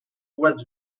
was